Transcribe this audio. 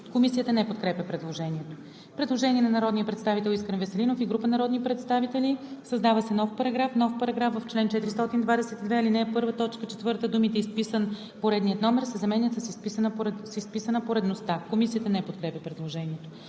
Комисията не подкрепя предложението. Предложение на народния представител Искрен Веселинов и група народни представители: „Създава се нов §...:„§... В чл. 422, ал. 1, т. 4 думите „изписан поредния номер“ се заменя с „изписана поредността“.“ Комисията не подкрепя предложението.